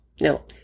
no